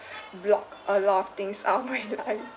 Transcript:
block a lot of things out of my life